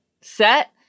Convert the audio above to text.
set